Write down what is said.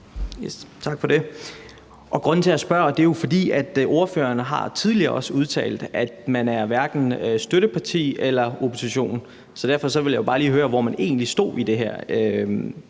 Tak for det. Grunden til, at jeg spørger, er, at ordføreren tidligere har udtalt, at man hverken er støtteparti eller opposition. Derfor vil jeg bare lige høre, hvor man egentlig står i det her